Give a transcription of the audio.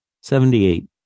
Seventy-eight